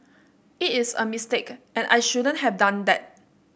it is a mistake and I shouldn't have done that